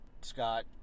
Scott